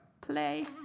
Play